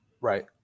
Right